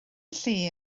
lle